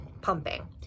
pumping